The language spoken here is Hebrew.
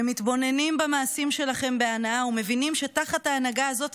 שמתבוננים במעשים שלכם בהנאה ומבינים שתחת ההנהגה הזאת